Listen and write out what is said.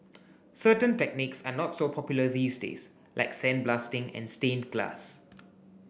certain techniques are not so popular these days like sandblasting and stained glass